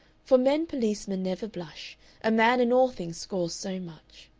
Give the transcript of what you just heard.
for men policemen never blush a man in all things scores so much.